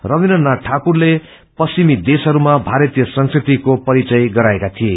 रबीन्द्र नाथ ठाकुरले पश्चिमी देशहरूमा भारतीय संस्कृतिको परिचय गराए